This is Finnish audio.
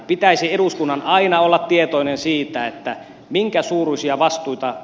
pitäisi eduskunnan aina olla tietoinen siitä että minkä suuruisia vastuita